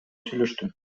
сүйлөштүм